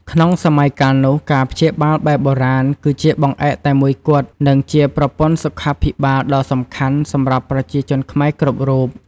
ក្នុងសម័យកាលនោះ ការព្យាបាលបែបបុរាណ គឺជាបង្អែកតែមួយគត់ និងជាប្រព័ន្ធសុខាភិបាលដ៏សំខាន់សម្រាប់ប្រជាជនខ្មែរគ្រប់រូប។